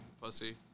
Pussy